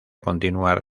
continuar